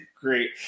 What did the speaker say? great